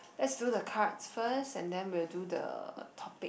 let's do the cards first and then we will do the topic